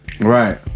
right